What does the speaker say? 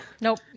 Nope